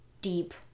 deep